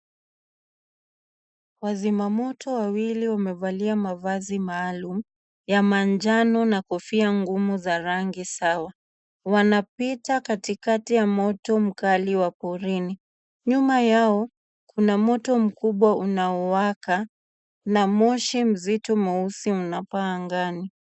Wazimamoto wawili wamevalia mavazi maalum ya manjano na kofia ngumu za rangi sawa. Wanapita katikati ya moto mkali wa porini. Nyuma yao kuna moto mkubwa unaowaka na moshi mzito mweusi unapaa angani.